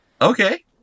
Okay